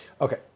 Okay